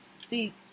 See